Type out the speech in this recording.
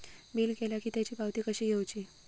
Bill केला की त्याची पावती कशी घेऊची?